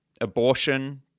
Abortion